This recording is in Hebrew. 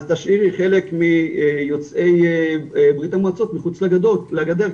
אז תשאירי חלק מיוצאי בריה"מ מחוץ לגדר,